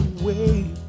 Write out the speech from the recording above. away